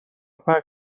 فکت